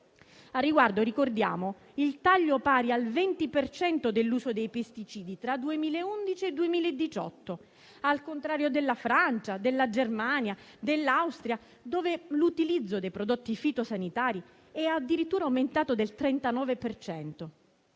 Al riguardo ricordiamo il taglio pari al 20 per cento dell'uso dei pesticidi tra il 2011 e il 2018, al contrario della Francia, della Germania, dell'Austria, dove l'utilizzo dei prodotti fitosanitari è addirittura aumentato del 39